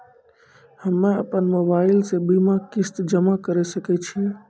हम्मे अपन मोबाइल से बीमा किस्त जमा करें सकय छियै?